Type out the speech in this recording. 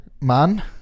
Man